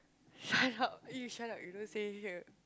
shut up eh you shut up you don't say here